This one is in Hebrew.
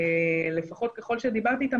לפחות ככל שדיברתי איתם,